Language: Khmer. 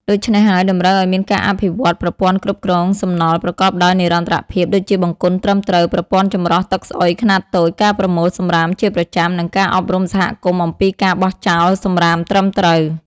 ដូច្នេះហើយ តម្រូវឱ្យមានការអភិវឌ្ឍប្រព័ន្ធគ្រប់គ្រងសំណល់ប្រកបដោយនិរន្តរភាព ដូចជាបង្គន់ត្រឹមត្រូវ ប្រព័ន្ធចម្រោះទឹកស្អុយខ្នាតតូច ការប្រមូលសំរាមជាប្រចាំ និងការអប់រំសហគមន៍អំពីការបោះចោលសំរាមត្រឹមត្រូវ។